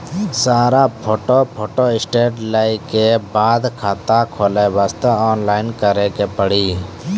सारा photo photostat लेल के बाद खाता खोले वास्ते ऑनलाइन करिल पड़ी?